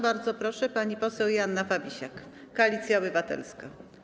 Bardzo proszę, pani poseł Joanna Fabisiak, Koalicja Obywatelska.